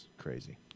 crazy